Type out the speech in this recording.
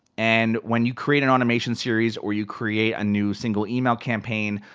and when you create an automation series, or you create a new single email campaign,